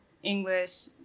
english